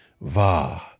va